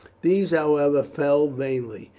these, however, fell vainly,